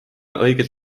õigel